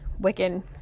Wiccan